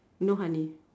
no honey